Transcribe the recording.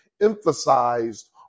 emphasized